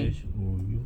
H O U